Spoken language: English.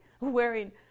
wearing